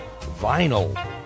vinyl